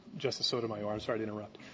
justice sotomayor. i'm sorry to interrupt.